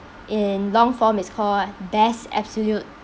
in long form it's called best absolute